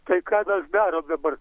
tai ką mes darom dabar